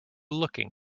looking